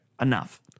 enough